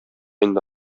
инде